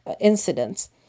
incidents